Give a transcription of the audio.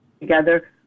together